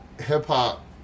hip-hop